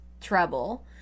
treble